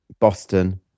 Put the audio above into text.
Boston